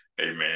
amen